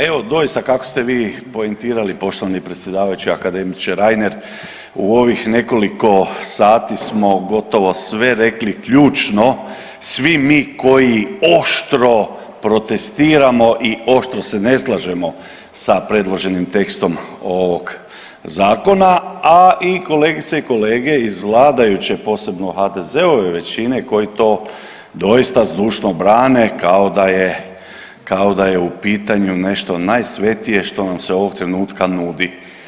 Evo doista kako ste vi poentirali poštovani predsjedavajuće akademiče Reiner u ovih nekoliko sati smo gotovo sve rekli ključno svi mi koji oštro protestiramo i oštro se ne slažemo sa predloženim tekstom ovog zakona, a i kolegice i kolege iz vladajuće, posebno HDZ-ove većine koji to doista zdušno brane kao da je u pitanju nešto najsvetije što nam se ovog trenutka nudi.